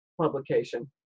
publication